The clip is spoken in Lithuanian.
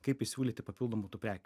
kaip įsiūlyti papildomų tų prekių